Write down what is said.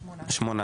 שמונה.